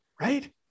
Right